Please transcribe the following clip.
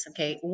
Okay